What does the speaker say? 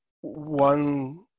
one